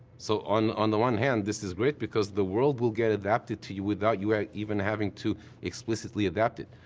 so on on the one hand, this is great, because the world will get adapted to you without you even having to explicitly adapt it.